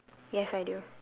yes I do